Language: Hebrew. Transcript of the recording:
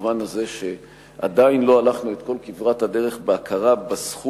במובן הזה שעדיין לא הלכנו את כל כברת הדרך בהכרה בזכות